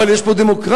אבל יש פה דמוקרטיה,